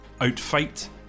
outfight